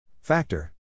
Factor